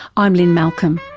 i'm lynne malcolm.